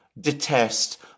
detest